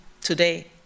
today